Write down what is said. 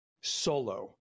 solo